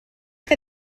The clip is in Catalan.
que